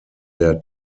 der